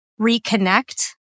reconnect